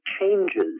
changes